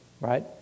Right